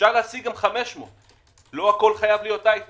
אפשר להעסיק גם 500. לא הכול חייב להיות הי טק.